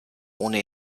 ohne